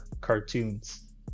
cartoons